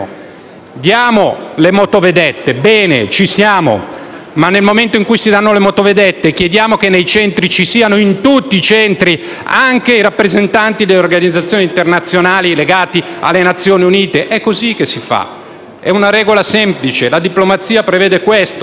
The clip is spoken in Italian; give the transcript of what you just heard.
Diamo le motovedette, e va bene, ci siamo. Tuttavia, nel momento in cui si danno le motovedette, chiediamo che in tutti i centri ci siano anche i rappresentanti delle organizzazioni internazionali legate alle Nazioni Unite. È così che si fa, è una regola semplice. La diplomazia prevede questo: